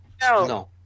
No